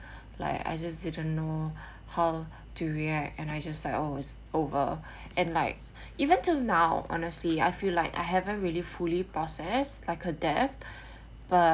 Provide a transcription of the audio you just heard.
like I just didn't know how to react and I just like oh it's over and like even till now honestly I feel like I haven't really fully process like her death but